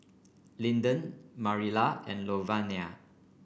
Linden Marilla and Lavonia